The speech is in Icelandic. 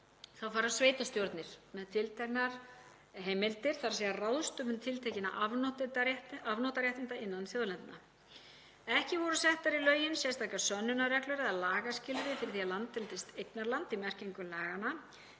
Þá fara sveitarstjórnir með tilteknar heimildir, þ.e. ráðstöfun tiltekinna afnotaréttinda innan þjóðlendna. Ekki voru settar í lögin sérstakar sönnunarreglur eða lagaskilyrði fyrir því að land teldist eignarland í merkingu laganna